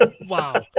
Wow